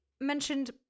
mentioned